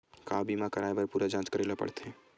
का बीमा कराए बर पूरा जांच करेला पड़थे?